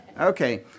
Okay